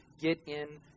get-in